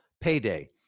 payday